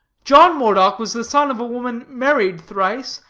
john moredock was the son of a woman married thrice,